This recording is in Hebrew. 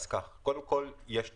קודם כול יש תגבורים.